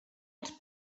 els